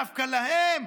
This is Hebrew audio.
דווקא להן?